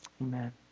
Amen